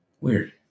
Weird